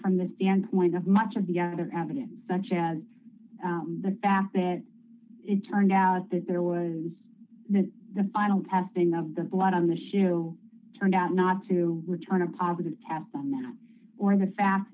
from the standpoint of much of the other evidence such as the fact that it turned out that there was that the final testing of the blood on the shoe turned out not to return a positive test on that or the fact